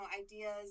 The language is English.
ideas